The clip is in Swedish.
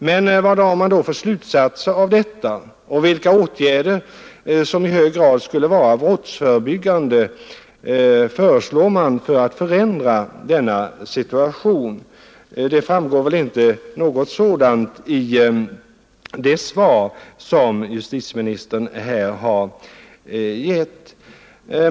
Men vilka slutsatser drar man då av detta, och vilka åtgärder som i hög grad skulle vara brottsförebyggande föreslår man för att förändra denna situation? Något sådant framgår inte av det svar som justitieministern här har gett.